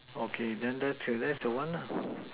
okay then then that's the one